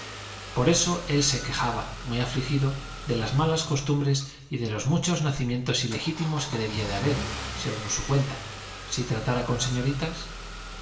por eso él se quejaba muy afligido de las malas costumbres y de los muchos nacimientos ilegítimos que debía de haber según su cuenta si tratara con señoritas